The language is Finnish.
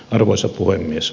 arvoisa puhemies